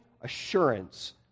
assurance